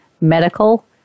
medical